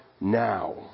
now